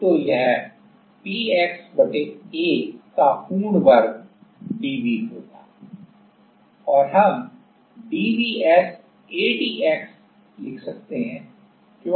तो यह px A का पूर्ण वर्ग dV होगा या हम dVs adx लिख सकते हैं क्यों